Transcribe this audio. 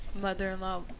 mother-in-law